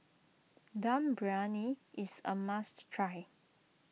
Dum Briyani is a must try